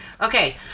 Okay